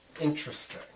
Interesting